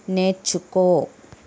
నేర్చుకో